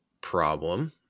problem